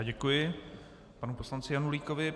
Děkuji panu poslanci Janulíkovi.